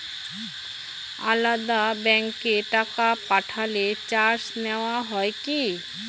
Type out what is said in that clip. আলাদা ব্যাংকে টাকা পাঠালে চার্জ নেওয়া হয় কি?